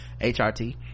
hrt